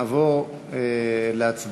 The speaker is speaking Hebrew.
מהנכסים האלה יהיה יותר כסף,